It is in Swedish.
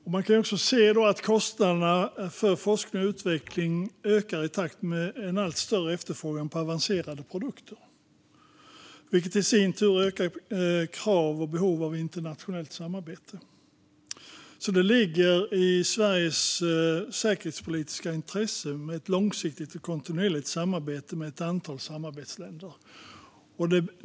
Vi kan se att kostnaderna för forskning och utveckling ökar i takt med allt större efterfrågan på avancerade produkter, vilket i sin tur ökar kraven på och behovet av internationellt samarbete. Det ligger därför i Sveriges säkerhetspolitiska intresse att ha ett långsiktigt och kontinuerligt samarbete med ett antal samarbetsländer.